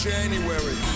January